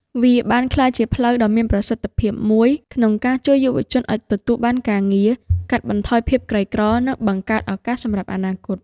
វាបានក្លាយជាផ្លូវដ៏មានប្រសិទ្ធភាពមួយក្នុងការជួយយុវជនឱ្យទទួលបានការងារ កាត់បន្ថយភាពក្រីក្រ និងបង្កើតឱកាសសម្រាប់អនាគត។